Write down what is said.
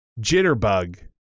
jitterbug